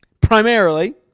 primarily